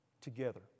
together